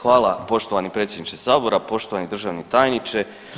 Hvala poštovani predsjedniče sabora, poštovani državni tajniče.